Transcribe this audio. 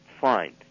fine